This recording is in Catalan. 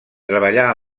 treballà